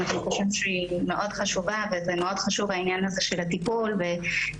אנחנו חושבים שהיא מאוד חשובה והעניין הזה של הטיפול מאוד חשוב,